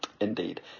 indeed